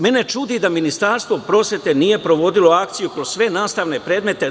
Mene čudi da Ministarstvo prosvete nije provodilo akciju kroz sve nastavne predmete.